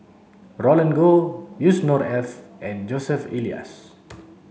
Roland Goh Yusnor Ef and Joseph Elias